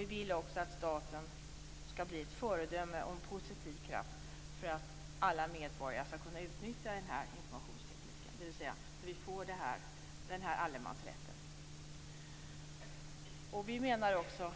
Vi vill också att staten skall bli ett föredöme och en positiv kraft för att alla medborgare skall kunna utnyttja informationstekniken, dvs. att vi får en allemansrätt. Vi menar också